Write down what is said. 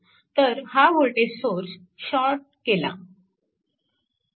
तर हा voltage source येथे शॉर्ट केला